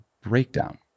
breakdown